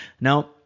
Now